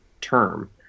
term